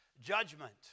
judgment